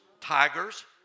tigers